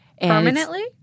Permanently